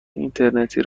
اینترنتی